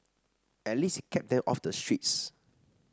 at least it kept them off the streets